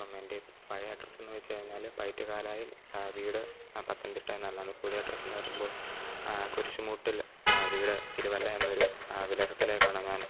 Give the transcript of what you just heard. അപ്പം എൻ്റെ പഴയ അഡ്രസ്സ് എന്ന് വച്ച് കഴിഞ്ഞാൽ പൈറ്റ്കാലായിൽ വീട് പത്തനംതിട്ട എന്നായിരുന്നു അന്ന് പുതിയ അഡ്രസ്സ് എന്ന് പറയുമ്പോൾ കുരിശുമൂട്ടിൽ വീട് തിരുവല്ല എന്നൊരു വിലാസത്തിലേക്കാണ് ഞാൻ